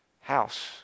house